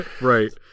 Right